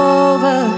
over